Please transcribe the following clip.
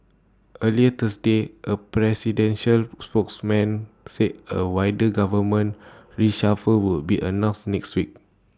earlier Thursday A presidential spokesman said A wider government reshuffle would be announced next week